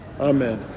amen